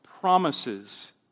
promises